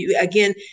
again